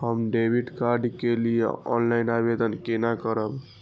हम debit card के लिए ऑनलाइन आवेदन केना करब?